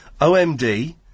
OMD